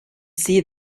see